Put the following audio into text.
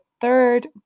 third